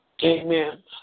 Amen